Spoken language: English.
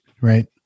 Right